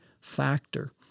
factor